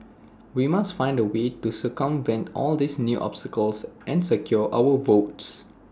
we must find A way to circumvent all these new obstacles and secure our votes